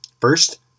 First